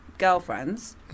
girlfriends